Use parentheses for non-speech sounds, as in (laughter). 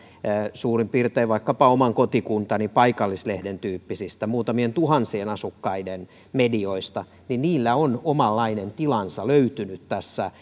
suurin piirtein vaikkapa oman kotikuntani paikallislehden tyyppisistä muutamien tuhansien asukkaiden medioista niille on omanlainen tilansa löytynyt tässä (unintelligible)